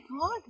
god